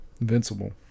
Invincible